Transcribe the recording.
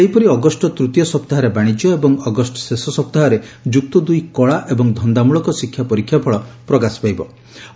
ସେହିପରି ଅଗଷ୍ ତୃତୀୟ ସପ୍ତାହରେ ବାଶିଜ୍ୟ ଏବଂ ଅଗଷ୍ ଶେଷ ସପ୍ତାହରେ ଯୁକ୍ତଦୁଇ କଳା ଏବଂ ଧନ୍ଦାମଳକ ଶିକ୍ଷା ପରୀକ୍ଷାଫଳ ପ୍ରକାଶ ପାଇବ ବୋଲି ଜଣାପଡିଛି